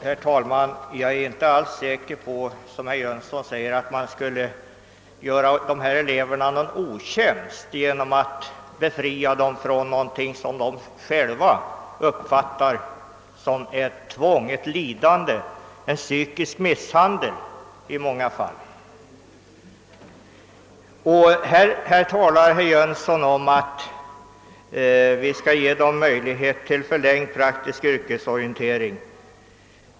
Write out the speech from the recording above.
Herr talman! Jag är inte alls säker på att man, som herr Jönsson i Arlöv säger, skulle göra dessa elever en otjänst genom att befria dem från någonting som de i många fall själva uppfattar som ett tvång, ett lidande, en psykisk misshandel. Herr Jönsson anser att vi bör ge dessa elever möjlighet till förlängd praktisk yrkesorientering.